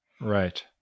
Right